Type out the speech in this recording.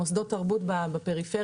מוסדות תרבות בפריפריה.